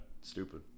Stupid